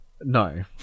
no